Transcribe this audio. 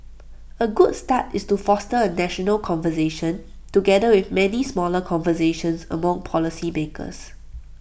A good start is to foster A national conversation together with many smaller conversations among policy makers